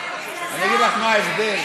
אלעזר, אני אגיד לך מה ההבדל.